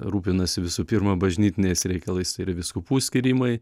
rūpinasi visų pirma bažnytiniais reikalais tai yra vyskupų skyrimai